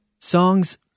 Songs